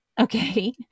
Okay